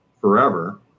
forever